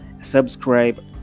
subscribe